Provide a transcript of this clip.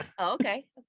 Okay